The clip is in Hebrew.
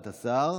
56 נגד.